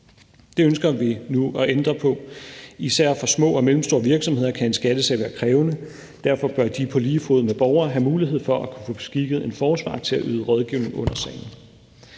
Det ønsker vi nu at ændre på. Især for små og mellemstore virksomheder kan en skattesag være krævende. Derfor bør de på lige fod med borgere have mulighed for at kunne få beskikket en forsvarer til at yde rådgivning i sagen.